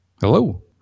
Hello